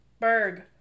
Berg